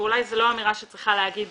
ואולי זו לא אמירה שצריכה להיאמר